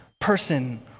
person